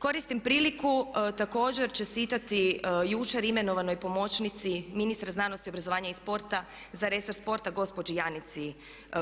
Koristim priliku također čestitati jučer imenovanoj pomoćnici ministra znanosti, obrazovanja i sporta za resor sporta gospođi Janici